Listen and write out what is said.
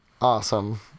awesome